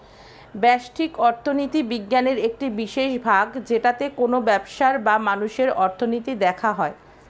ব্যষ্টিক অর্থনীতি বিজ্ঞানের একটি বিশেষ ভাগ যেটাতে কোনো ব্যবসার বা মানুষের অর্থনীতি দেখা হয়